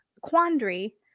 quandary